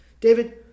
David